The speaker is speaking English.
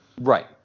Right